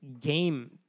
game